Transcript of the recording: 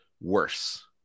worse